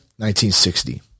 1960